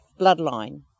bloodline